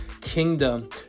kingdom